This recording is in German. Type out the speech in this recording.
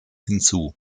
hinzu